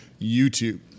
YouTube